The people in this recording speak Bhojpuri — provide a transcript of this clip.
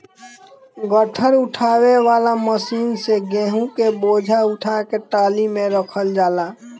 गट्ठर उठावे वाला मशीन से गेंहू क बोझा उठा के टाली में रखल जाला